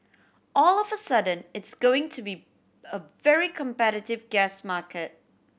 all of a sudden it's going to be a very competitive gas market